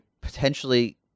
potentially